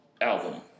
Album